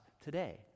today